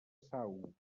sau